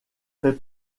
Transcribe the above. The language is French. fait